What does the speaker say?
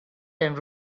time